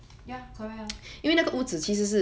ya correct ah